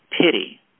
pity